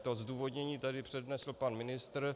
To zdůvodnění tady přednesl pan ministr.